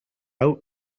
hau